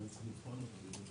אנחנו צריכים לבחון אותו,